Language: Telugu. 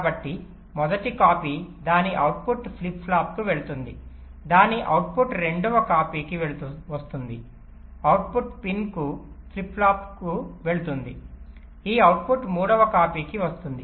కాబట్టి మొదటి కాపీ దాని అవుట్పుట్ ఫ్లిప్ ఫ్లాప్కు వెళుతుంది దాని అవుట్పుట్ రెండవ కాపీకి వస్తుంది అవుట్పుట్ ఫ్లిప్ ఫ్లాప్కు వెళుతుంది ఈ అవుట్పుట్ మూడవ కాపీకి వస్తుంది